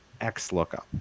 XLOOKUP